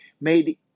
made